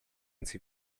anzi